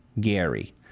Gary